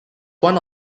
one